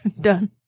Done